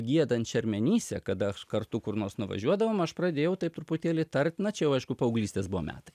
giedant šermenyse kada kartu kur nors nuvažiuodavom aš pradėjau taip truputėlį tart na čia jau aišku paauglystės buvo metai